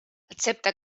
excepte